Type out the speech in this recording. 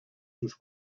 sus